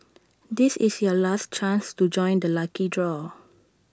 this is your last chance to join the lucky draw